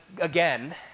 again